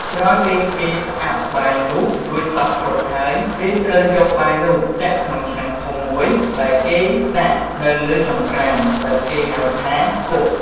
ក្រោយពេលគេផ្អាប់បាយនោះរួចសព្វគ្រប់ហើយ គេត្រូវយកបាយនោះចាក់ក្នុងឆ្នាំងធំមួយដែលគេដាក់នៅលើចង្ក្រានដែលគេហៅថាគុក។